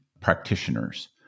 practitioners